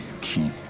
keep